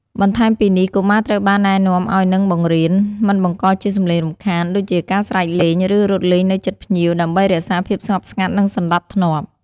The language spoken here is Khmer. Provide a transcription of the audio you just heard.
បន្ថែមពីនេះ កុមារត្រូវបានណែនាំឲ្យ និងបង្រៀន មិនបង្កជាសំឡេងរំខាន ដូចជាការស្រែកលេង ឬរត់លេងនៅជិតភ្ញៀវ ដើម្បីរក្សាភាពស្ងប់ស្ងាត់ និងសណ្ដាប់ធ្នាប់។